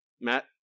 Matt